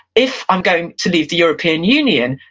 if i'm going to leave the european union,